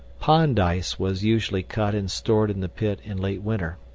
pond ice was usually cut and stored in the pit in late winter.